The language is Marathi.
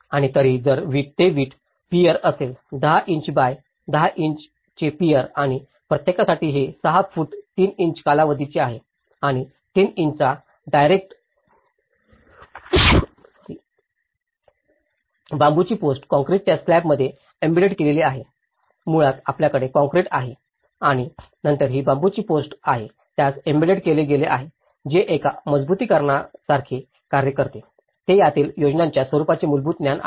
आणि तरीही जर ते वीट पिअर असेल 10 इंच बाय 10 इंचाचे पिअर आणि प्रत्येकासाठी हे 6 फूट 3 इंच कालावधीचे आहे आणि 3 इंचाचा डायमेटर बांबूची पोस्ट काँक्रीटच्या स्लॅबमध्ये एम्बेड केलेली आहे मुळात आपल्याकडे काँक्रिट आहे आणि नंतर ही बांबूची पोस्ट आहे त्यास एम्बेड केले गेले आहे जे एका मजबुतीकरणा सारखे कार्य करते हे त्यातील योजनांच्या स्वरूपाचे मूलभूत ज्ञान आहे